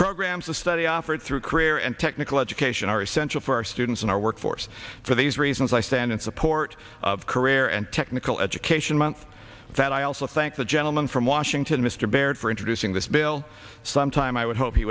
programs of study offered through career and technical education are essential for our students and our workforce for these reasons i stand in support of career and technical education month that i also thank the gentleman from washington mr baird for introducing this bill some time i would hope he